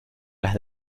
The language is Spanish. las